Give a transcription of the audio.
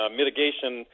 mitigation